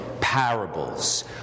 parables